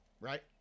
Right